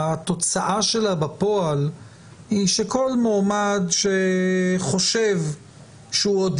התוצאה שלה בפועל היא שכל מועמד שחושב שהוא עוד